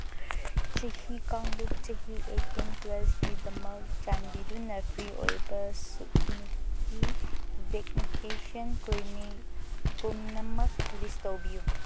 ꯆꯍꯤ ꯀꯥꯡꯂꯨꯞ ꯆꯍꯤ ꯑꯥꯏꯇꯤꯟ ꯄ꯭ꯂꯁꯀꯤꯗꯃꯛ ꯆꯥꯟꯕꯤꯗꯨꯅ ꯐ꯭ꯔꯤ ꯑꯣꯏꯕ ꯁꯨꯞꯅꯤꯛꯀꯤ ꯚꯦꯛꯅꯤꯀꯦꯁꯟ ꯀ꯭ꯂꯤꯅꯤꯛ ꯄꯨꯝꯅꯃꯛ ꯂꯤꯁ ꯇꯧꯕꯤꯌꯨ